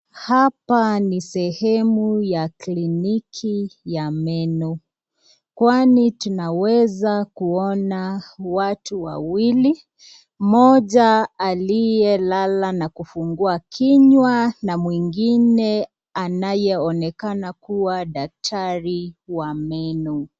Hapa ni sehemu ya kliniki ya meno kwani tunaweza kuona watu wawili moja aliyelala na kufungua kinywa na mwingine anayeonekana kuwa daktari wa meno.